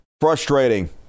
Frustrating